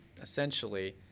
essentially